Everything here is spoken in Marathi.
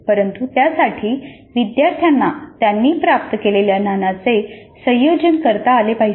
परंतु त्यासाठी विद्यार्थ्यांना त्यांनी प्राप्त केलेल्या ज्ञानाचे संयोजन करता आले पाहिजे